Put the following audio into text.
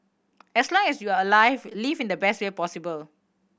as long as you are alive live in the best way possible